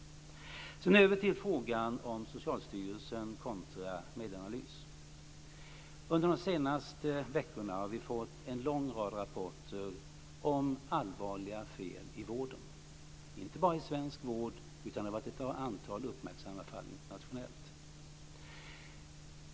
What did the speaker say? Låt mig sedan gå över till frågan om Socialstyrelsen kontra Medanalys. Under de senaste veckorna har vi fått en lång rad rapporter om allvarliga fel i vården och inte bara i svensk vård, utan det har också varit ett antal uppmärksammade fall internationellt.